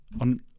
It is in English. on